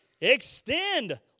extend